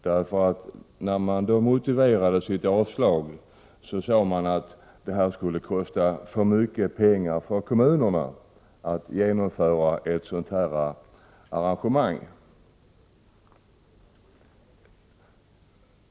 När utskottet motiverade sitt avstyrkande sade man att det skulle kosta för mycket för kommunerna att genomföra ett sådant arrangemang.